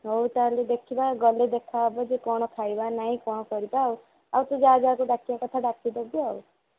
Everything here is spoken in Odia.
ହଉ ତା'ହେଲେ ଦେଖିବା ଗଲେ ଦେଖାହେବ ଯେ କ'ଣ ଖାଇବା ନାହିଁ କ'ଣ କରିବା ଆଉ ତୁ ଯାହା ଯାହାକୁ ଡାକିବା କଥା ଡାକିଦେବୁ ଆଉ